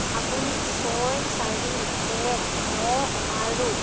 আপুনি ছয় চাৰি এক ন আৰু